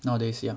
nowadays ya